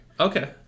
Okay